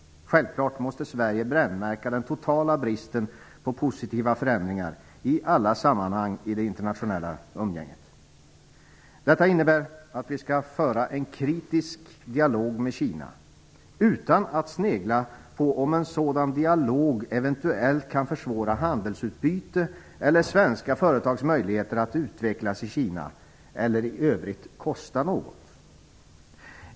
Självfallet måste Sverige brännmärka den totala bristen på positiva förändringar i alla sammanhang i det internationella umgänget. Detta innebär att vi skall föra en kritisk dialog med Kina utan att snegla på om en sådan dialog eventuellt kan försvåra handelsutbyte eller svenska företags möjligheter att utvecklas i Kina, eller i övrigt kosta något.